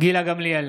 גילה גמליאל,